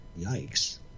Yikes